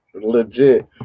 legit